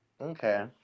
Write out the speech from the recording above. okay